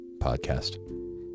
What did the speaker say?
Podcast